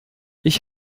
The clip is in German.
ich